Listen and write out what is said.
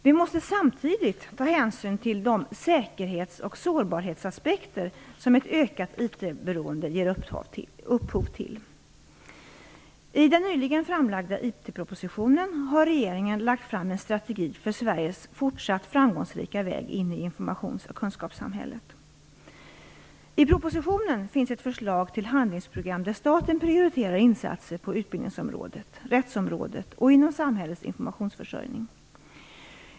Vi måste samtidigt ta hänsyn till de säkerhets och sårbarhetsaspekter som ett ökat IT-beroende ger upphov till. har regeringen lagt fram en strategi för Sveriges fortsatt framgångsrika väg in i informations och kunskapssamhället. I propositionen finns ett förslag till handlingsprogram där staten prioriterar insatser på utbildningsområdet, på rättsområdet och inom samhällets informationsförsörjning.